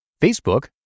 Facebook